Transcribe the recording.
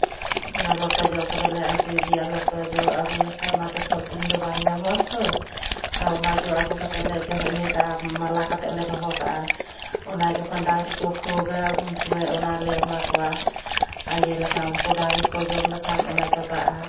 ᱚᱱᱟ ᱞᱚᱴᱚ ᱡᱚ ᱠᱚᱫᱚᱞᱮ ᱟᱹᱜᱩᱭ ᱜᱮᱭᱟ ᱞᱚᱴᱚ ᱡᱚ ᱟᱹᱜᱩ ᱞᱮᱠᱷᱟᱱ ᱚᱱᱟ ᱛᱚ ᱥᱚᱵᱽ ᱫᱤᱱ ᱫᱚ ᱵᱟᱝ ᱧᱟᱢᱚᱜᱼᱟ ᱛᱚ ᱟᱨ ᱚᱱᱟ ᱡᱚ ᱟᱹᱜᱩ ᱠᱟᱛᱮᱞᱮ ᱤᱭᱟᱹ ᱠᱟᱜᱼᱟ ᱢᱟᱞᱟ ᱠᱟᱛᱮᱫ ᱞᱮ ᱫᱚᱦᱚ ᱠᱟᱜᱼᱟ ᱚᱱᱟ ᱡᱚᱠᱷᱚᱱ ᱰᱟᱹᱝᱨᱤ ᱠᱚ ᱠᱷᱩᱜᱟ ᱩᱱ ᱥᱚᱢᱚᱭ ᱚᱱᱟᱞᱮ ᱮᱢᱟ ᱠᱚᱣᱟ ᱟᱨ ᱤᱭᱟᱹ ᱞᱮᱠᱷᱟᱱ ᱩᱱᱠᱩ ᱰᱟᱹᱝᱨᱤ ᱠᱚᱠᱚ ᱡᱚᱢ ᱞᱮᱠᱷᱟᱱ ᱚᱱᱟ ᱪᱟᱵᱟᱜᱼᱟ